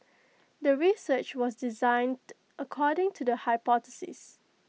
the research was designed according to the hypothesis